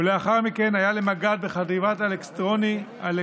ולאחר מכן היה למג"ד בחטיבת אלכסנדרוני,